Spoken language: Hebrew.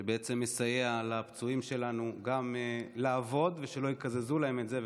שבעצם יסייע לפצועים שלנו גם לעבוד ושלא יקזזו להם את זה,